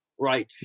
Right